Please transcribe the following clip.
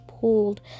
pulled